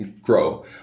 grow